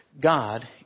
God